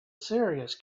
serious